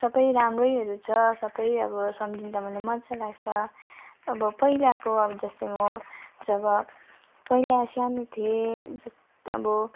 सबै राम्रैहरू छ सबै अब सम्झिँदा मलाई मजा लाग्छ अब पहिलाको जस्तै म जब पहिला सानो थिएँ जस्तै अब